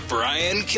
Brian